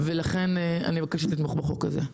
ולכן אני מבקשת שתתמכו בחוק הזה.